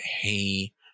he-